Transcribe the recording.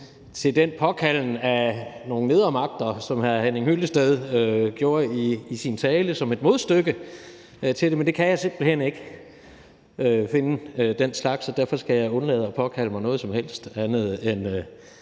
til den påkaldelse af nogle nedre magter, som hr. Henning Hyllested foretog i sin tale, men jeg kan simpelt hen ikke finde noget af den slags, og derfor skal jeg undlade at påkalde mig noget som helst andet end